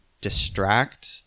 distract